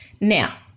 Now